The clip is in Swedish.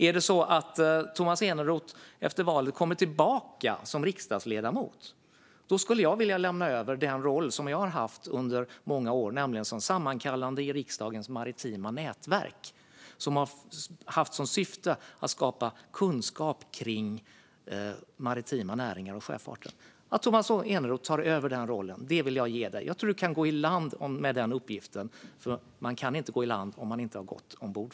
Är det så att Tomas Eneroth efter valet kommer tillbaka som riksdagsledamot skulle jag vilja lämna över den roll som jag har haft under många år, nämligen som sammankallande i riksdagens maritima nätverk, som har haft som syfte att skapa kunskap kring de maritima näringarna och sjöfarten. Jag hoppas att Tomas Eneroth tar över den rollen. Det vill jag ge dig. Jag tror att du kan gå i land med den uppgiften. Men man kan inte gå i land om man inte först har gått ombord.